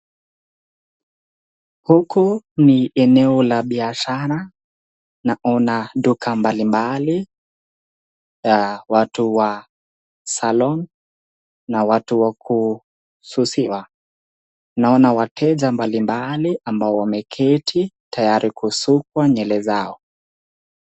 Huku ni eneo la biashara naona duka mbali mbali, ya watu wa salon na watu wa kususiwa naona wateja mbali mbali ambao wameketi tayari kusukwa nywele zao.